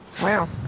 Wow